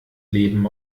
leben